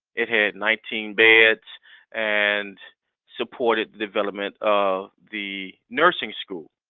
it had nineteen beds and supported development of the nursing school.